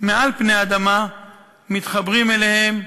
מעל פני האדמה מתחברים אליהם,